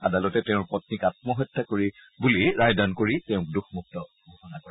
আদালতে তেওঁৰ পপ্নীক আম্মহত্যা কৰি বুলি ৰায়দান কৰি তেওঁক দোষমুক্ত ঘোষণা কৰে